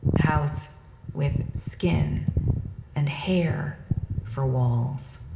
house with skin and hair for walls.